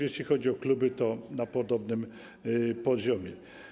Jeśli chodzi o kluby, to było na podobnym poziomie.